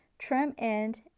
trim end,